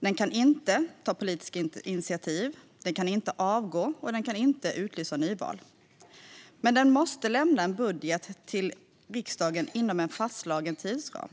Den kan inte ta politiska initiativ, den kan inte avgå och den kan inte utlysa nyval. Men den måste lämna en budget till riksdagen inom en fastslagen tidsram.